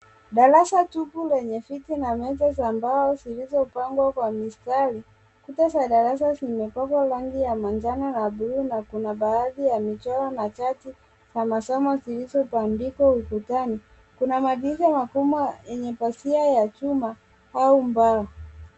Darasa tupu yenye viti na meza za mbao zilizoangwa kwa mistari, kuta za darasa zimepakwa rangi ya manjano na bluu na kuna baadhi ya michoro na chati na masomo zilizobandikwa ukutani. Kuna madirisha makubwa yenye pazia ya chuma au mbao.